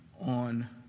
on